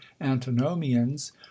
antinomians